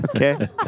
Okay